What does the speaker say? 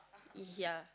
ya